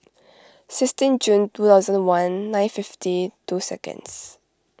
sixteen June two thousand and one nine fifty two seconds